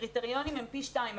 הקריטריונים הם פי שניים,